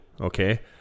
okay